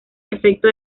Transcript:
efecto